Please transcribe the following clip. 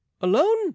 alone